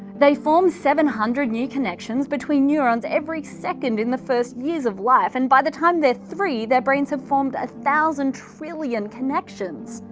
they form seven hundred new connections between neurons every second in the first years of life and by the time they're three, their brains have formed one thousand trillion connections.